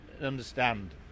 understand